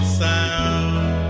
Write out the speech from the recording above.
sound